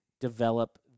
develop